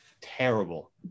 terrible